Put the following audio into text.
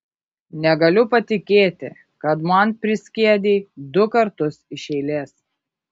negaliu patikėti kad man priskiedei du kartus iš eilės